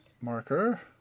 marker